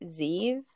Ziv